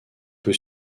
peu